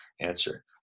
answer